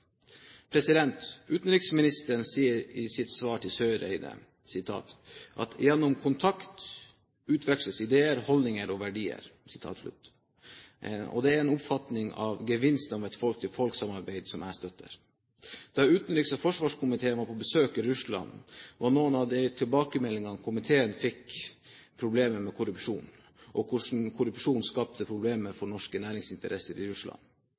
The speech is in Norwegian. Utenriksministeren sier i sitt svar til Eriksen Søreide: «Gjennom kontakt utveksles ideer, holdninger og verdier.» Det er en oppfatning av gevinsten av et folk-til-folk-samarbeid som jeg støtter. Da utenriks- og forsvarkomiteen var på besøk i Russland, var problemer med korrupsjon og hvordan korrupsjon skapte problemer for norske næringsinteresser i Russland, noen av de tilbakemeldingene som komiteen fikk.